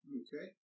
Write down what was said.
okay